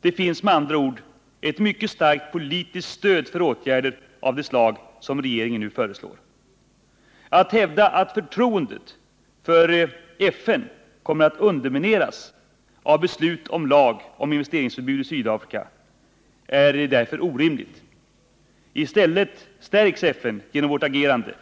Det finns med andra ord ett mycket starkt politiskt stöd för åtgärder av det slag som regeringen nu föreslår. Att hävda att förtroendet för FN kommer att undermineras av beslut om svensk lag om investeringsförbud i Sydafrika är därför orimligt. I stället stärks FN genom vårt agerande.